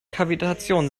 kavitation